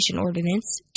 ordinance